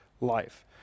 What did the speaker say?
life